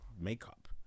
makeup